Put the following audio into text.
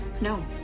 No